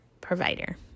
provider